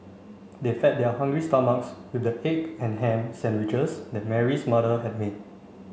they fed their hungry stomachs with the egg and ham sandwiches that Mary's mother had made